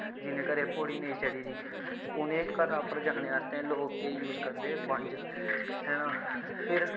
जि'नें घरें पौड़ी नेईं चढ़ी दी उ'नें घरें पर जाने आस्तै लोग केह् यूज़ करदे बंज हैना फिर